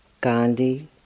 Gandhi